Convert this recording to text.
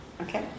Okay